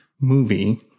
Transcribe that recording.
movie